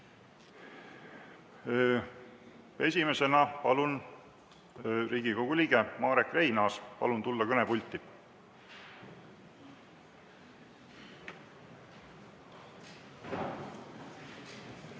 Esimesena, palun, Riigikogu liige Marek Reinaas. Palun tulla kõnepulti!